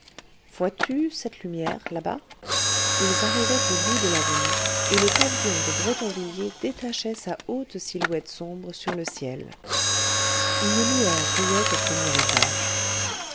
vois-tu cette lumière là-bas ils arrivaient au bout de l'avenue et le pavillon de bretonvilliers détachait sa haute silhouette sombre sur le ciel une lueur brillait au premier étage